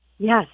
Yes